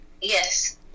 Yes